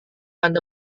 anda